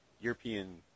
European